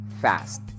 fast